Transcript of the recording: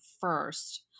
first